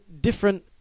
different